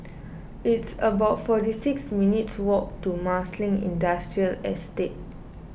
it's about forty six minutes' walk to Marsiling Industrial Estate